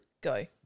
Go